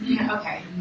Okay